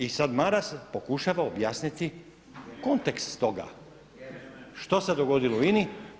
I sad Maras pokušava objasniti kontekst toga što se dogodilo u INA-i.